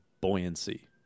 buoyancy